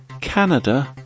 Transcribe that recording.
Canada